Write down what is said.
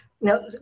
Now